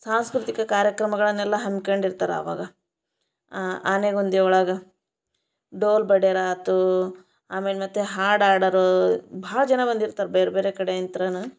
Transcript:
ಸಾಂಸ್ಕೃತಿಕ ಕಾರ್ಯಕ್ರಮಗಳನ್ನೆಲ್ಲ ಹಮ್ಕಂಡು ಇರ್ತಾರೆ ಆವಾಗ ಆ ಆನೆಗುಂದಿ ಒಳಗೆ ಡೋಲು ಬಡಿಯೋರು ಆಯ್ತು ಆಮೇಲೆ ಮತ್ತೆ ಹಾಡು ಹಾಡರೂ ಭಾಳ ಜನ ಬಂದಿರ್ತಾರೆ ಬೇರೆ ಬೇರೆ ಕಡೆಯಿಂದನು